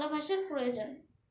ভালোবাসার প্রয়োজন